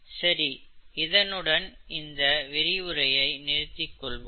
சரி இதனுடன் இந்த விரிவுரையை நிறுத்திக் கொள்வோம்